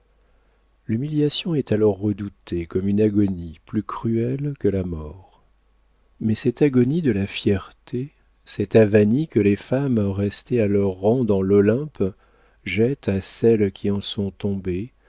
l'humiliation est alors redoutée comme une agonie plus cruelle que la mort mais cette agonie de la fierté cette avanie que les femmes restées à leur rang dans l'olympe jettent à celles qui en sont tombées